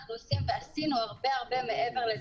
אנחנו עושים ועשינו הרבה הרבה מעבר לזה.